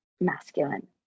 masculine